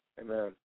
amen